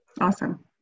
Awesome